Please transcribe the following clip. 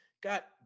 got